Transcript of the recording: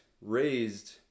raised